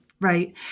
Right